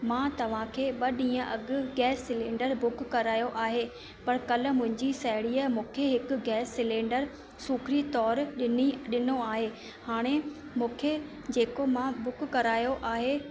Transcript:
मां तव्हांखे ॿ ॾींहं अॻु गैस सिलेंडर बुक करायो आहे पर कल मुंहिंजी सहेड़ीअ मूंखे हिकु गैस सिलेंडर सूखड़ी तौर ॾिनी ॾिनो आहे हाणे मूंखे जेको मां बुक करायो आहे